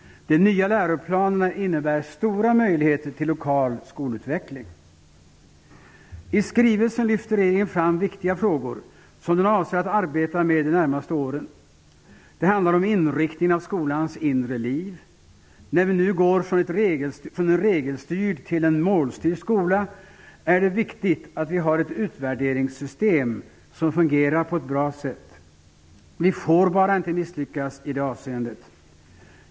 De nya läroplanerna innebär stora möjligheter till lokal skolutveckling. I skrivelsen lyfter regeringen fram viktiga frågor som den avser att arbeta med de närmaste åren. Det handlar om inriktningen av skolans inre liv. När vi nu går från en regelstyrd till en målstyrd skola är det viktigt att vi har ett utvärderingssystem som fungerar på ett bra sätt. Vi får bara inte misslyckas i det avseendet.